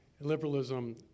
Liberalism